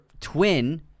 twin